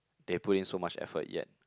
they put in so much effort yet